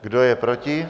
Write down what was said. Kdo je proti?